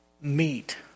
meet